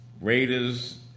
Raiders